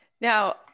Now